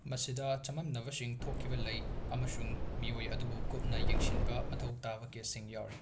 ꯃꯁꯤꯗ ꯆꯃꯝꯅꯕꯁꯤꯡ ꯊꯣꯛꯈꯤꯕ ꯂꯩ ꯑꯃꯁꯨꯡ ꯃꯤꯑꯣꯏ ꯑꯗꯨꯕꯨ ꯀꯨꯞꯅ ꯌꯦꯡꯁꯤꯟꯕ ꯃꯊꯧ ꯇꯥꯕ ꯀꯦꯁꯁꯤꯡ ꯌꯥꯎꯔꯤ